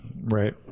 Right